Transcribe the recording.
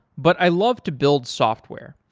but i love to build software.